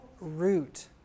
root